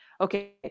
Okay